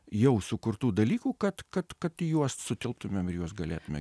jau sukurtų dalykų kad kad kad į juos sutilptumėm ir juos galėtume